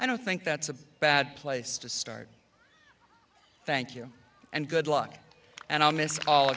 i don't think that's a bad place to start thank you and good luck and i miss all